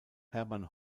hermann